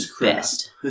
best